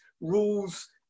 rules